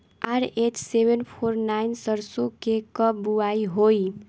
RH seven four nine सरसो के कब बुआई होई?